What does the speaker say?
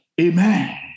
Amen